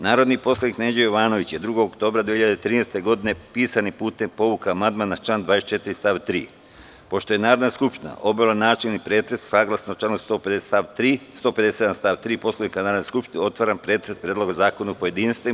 Narodni poslanik Neđo Jovanović je 2. oktobra 2013. godine, pisanim putem, povukao amandman na član 24. stav 3. Pošto je Narodna skupština obavila načelni pretres, saglasno članu 157. stav 3. Poslovnika Narodne skupštine, otvaram pretres Predloga zakona u pojedinostima.